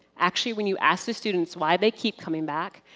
actually, when you ask the students why they keep coming back,